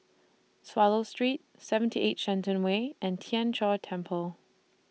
Swallow Street seventy eight Shenton Way and Tien Chor Temple